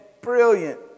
brilliant